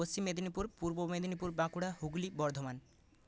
Paschim Medinipur Purba Medinipur Bankura Hooghly Bardhaman